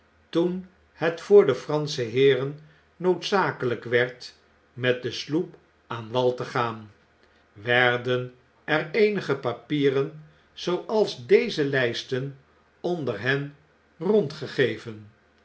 toen het voor de fransche heeren no odzakelijk werd met de sloep aan wal te gaan werden er eenige papieren zooals deze lijsten onder hen